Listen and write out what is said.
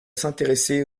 s’intéresser